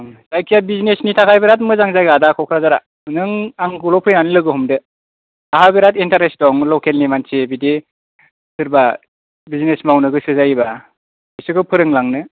आं जायखिया बिजनेसनि थाखाय बिराद मोजां जायगा दा क'क्राझारा नों आंखौल' फैनानै लोगो हमदो आहा बिराद इन्तारेस्ट दं लकेलनि मानसि बिदि फोरबा बिजनेस मावनो गोसो जायोबा एसेबो फोरोंलांनो